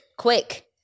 quick